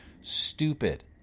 stupid